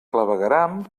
clavegueram